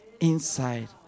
inside